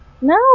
No